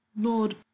Lord